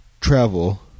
travel